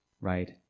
right